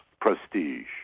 prestige